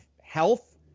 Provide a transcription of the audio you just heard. health